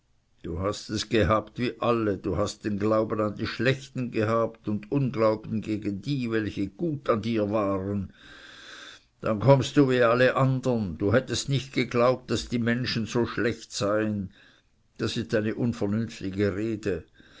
du hast es gehabt wie alle du hast den glauben an die schlechten gehabt und unglauben gegen die welche gut an dir waren dann kommst du wie alle andern du hättest nicht geglaubt daß die menschen so schlecht seien das ist eine unvernünftige rede